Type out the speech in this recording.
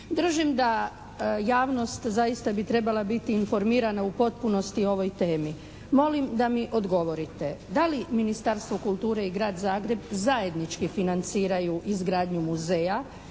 Držim da javnost zaista bi trebala biti informirana u potpunosti ovoj temi. Molim da mi odgovorite da li Ministarstvo kulture i Grad Zagreb zajednički financiraju izgradnju muzeja